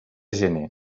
gener